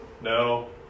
No